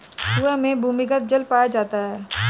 कुएं में भूमिगत जल पाया जाता है